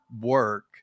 work